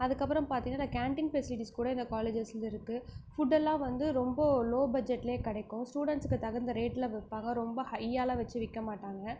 அதுக்கப்புறம் பார்த்திங்கனா ந கேன்டீன் ஃபெஸிலிட்டீஸ் கூட இந்த காலேஜஸில் இருக்குது ஃபுட்டெல்லாம் வந்து ரொம்ப லோ பஜ்ஜட்டில் கிடைக்கும் ஸ்டூடண்ட்ஸுக்கு தகுந்த ரேட்டில் விற்பாங்க ரொம்ப ஹையாகலாம் வச்சு விற்க மாட்டாங்க